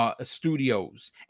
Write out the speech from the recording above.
studios